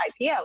IPO